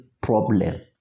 problem